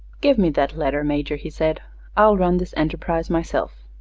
give me that letter, major, he said i'll run this enterprise myself.